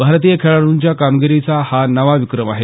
भारतीय खेळाडूंच्या कामगिरीचा हा नवा विक्रम आहे